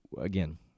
Again